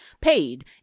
paid